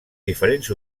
diferents